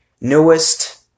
newest